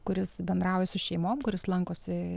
kuris bendrauja su šeimom kuris lankosi